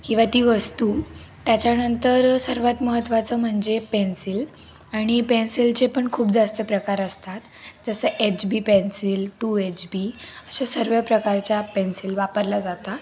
किंवा ती वस्तू त्याच्यानंतर सर्वात महत्त्वाचं म्हणजे पेन्सिल आणि पेन्सिलचे पण खूप जास्त प्रकार असतात जसं H B pencil two H B अशा सर्व प्रकारच्या पेन्सिल वापरल्या जातात